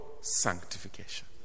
sanctification